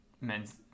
men's